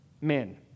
Men